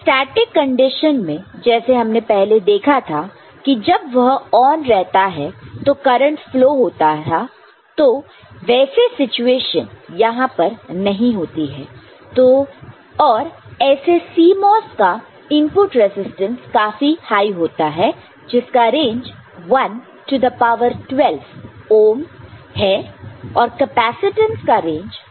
static condition में जैसे हमने पहले देखा था कि जब वह ऑन रहता था तो करंट फ्लो होता था तो वैसे सिचुएशन यहां पर नहीं होती है और ऐसे CMOS का इनपुट रजिस्टस काफी हाई होता है जिसका range 1 to the power 12 ohm है और कैपेसिटेंस का रेंज 5 पिको फेरेड है